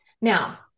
Now